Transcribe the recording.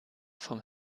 vom